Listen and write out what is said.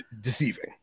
deceiving